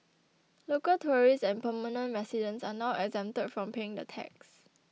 local tourists and permanent residents are now exempted from paying the tax